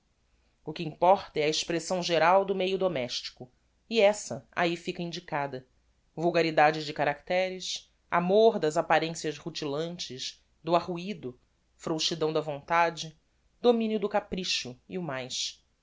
o que importa é a expressão geral do meio domestico e essa ahi fica indicada vulgaridade de caracteres amor das apparencias rutilantes do arruido frouxidão da vontade dominio do capricho e o mais